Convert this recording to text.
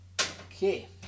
Okay